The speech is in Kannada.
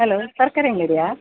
ಹಲೋ ತರಕಾರಿ ಅಂಗಡಿಯಾ